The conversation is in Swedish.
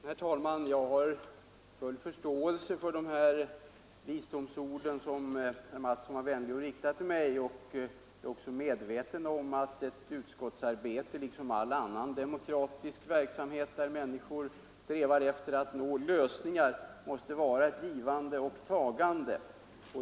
Herr talman! Jag har full förståelse för de visdomsord som herr Mattsson i Lane-Herrestad var vänlig att rikta till mig. Jag är också medveten om att ett utskottsarbete, liksom all annan demokratisk verksamhet där människor strävar efter att nå lösningar, måste vara ett givande och tagande.